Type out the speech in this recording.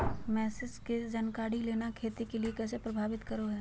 मौसम के जानकारी लेना खेती के कैसे प्रभावित करो है?